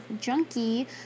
junkie